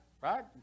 Right